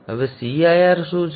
હવે cir માં શું છે